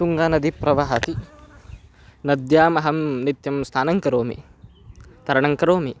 तुङ्गानदी प्रवहति नद्यामहं नित्यं स्नानं करोमि तरणं करोमि